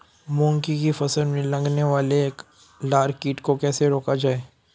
मूंग की फसल में लगने वाले लार कीट को कैसे रोका जाए?